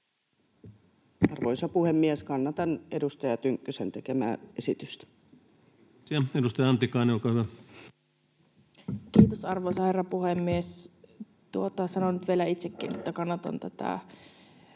Arvoisa puhemies! Kannatan edustaja Tynkkysen tekemää esitystä. Kiitoksia. — Edustaja Antikainen, olkaa hyvä. Kiitos, arvoisa herra puhemies! Sanon nyt vielä itsekin, että kannatan tätä